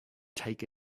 take